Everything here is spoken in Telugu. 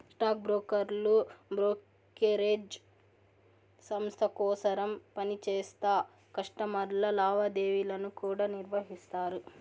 స్టాక్ బ్రోకర్లు బ్రోకేరేజ్ సంస్త కోసరం పనిచేస్తా కస్టమర్ల లావాదేవీలను కూడా నిర్వహిస్తారు